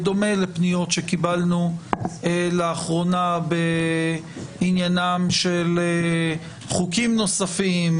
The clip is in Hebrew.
בדומה לפניות שקיבלנו לאחרונה בעניינם של חוקים נוספים,